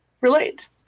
relate